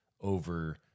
over